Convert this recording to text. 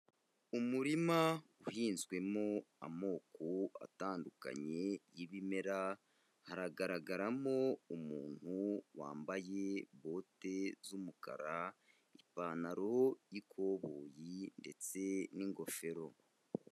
Umurima uhinzwemo amoko atandukanye y'ibimera, haragaragaramo umuntu wambaye bote z'umukara, ipantaro y'ikoboyi ndetse n'ingofero.